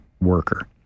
worker